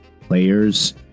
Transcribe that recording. players